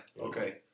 okay